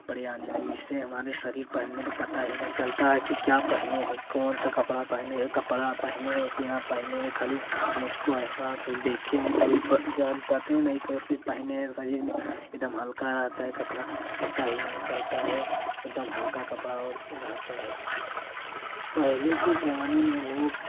कपड़े आने लगे हैं जिससे हमरे शरीर पहनने पर पता ही नहीं चलता कि क्या पहनें हैं कौन सा कपड़ा पहने हैं कपड़ा पहनें हैं कि ना पहनें हैं खाली मुझको एहसास हूँ देखें हैं तभी प जान पाते नहीं तो सिर्फ पहने शरीर में एकदम हल्का रहता हैं कपड़ा पता ही नहीं चलता हैं एकदम हल्का कपड़ा रहता हैं पहले के ज़माने में लोग